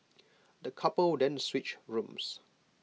the couple then switched rooms